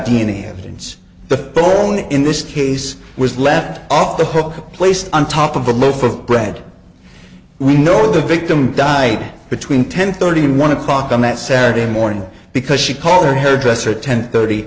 a evidence the ball in this case was left off the hook placed on top of a move for brad we know the victim died between ten thirty one o'clock on that saturday morning because she called her hairdresser ten thirty